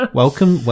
welcome